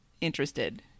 interested